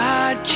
God